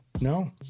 No